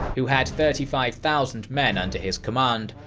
who had thirty five thousand men under his command,